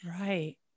Right